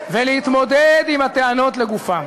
ולהתמודד עם הטענות לגופן.